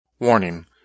Warning